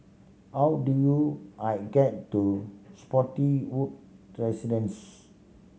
how do you I get to Spottiswoode Residence